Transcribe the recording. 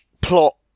plot